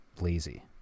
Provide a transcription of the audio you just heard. lazy